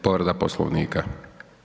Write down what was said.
Povreda Poslovnika.